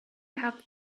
have